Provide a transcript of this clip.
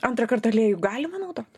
antrą kartą aliejų galima naudot